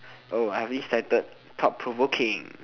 oh ah this titled thought-provoking